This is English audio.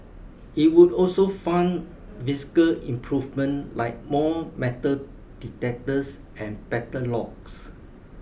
it would also fund physical improvement like more metal detectors and better locks